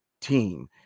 team